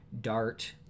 Dart